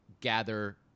gather